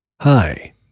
Hi